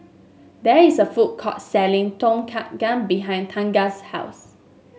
there is a food court selling Tom Kha Gai behind Tegan's house